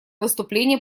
выступления